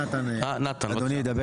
נ.ג: